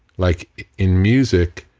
like in music,